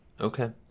Okay